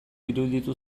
iruditu